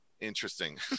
Interesting